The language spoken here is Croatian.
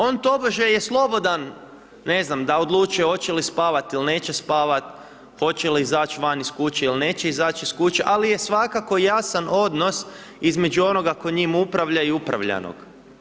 On tobože je slobodan ne znam da odlučuje hoće li spavati ili neće spavati, hoće li izaći van iz kuće ili neće izaći iz kuće ali je svakako jasan odnos između onoga tko s njim upravlja i upravljanog.